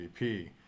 MVP